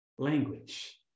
language